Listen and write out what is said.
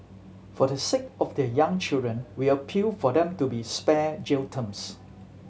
for the sake of their young children we appeal for them to be spared jail terms